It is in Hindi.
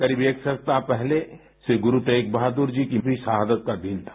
करीब एक सप्ताह पहले श्री गुरु तेग बहादुर जी की भी शहादत का दिन था